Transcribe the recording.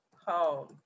home